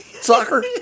Soccer